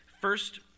first